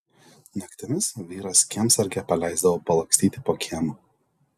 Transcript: naktimis vyras kiemsargę paleisdavo palakstyti po kiemą